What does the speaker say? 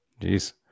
Jeez